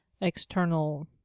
external